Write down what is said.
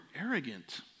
arrogant